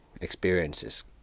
experiences